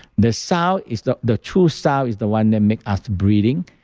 the sound is the. the true sound is the one that make us breathing,